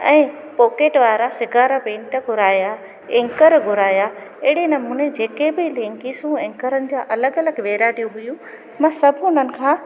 ऐं पोकेट वारा सिगारा पेंट घुराया एंकर घुराया अहिड़े नमूने जेके बि लेगीसूं एंकरनि जा अलॻि अलॻि वैराइटियूं हुयूं मां सभु उन्हनि खां